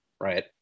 right